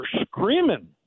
screaming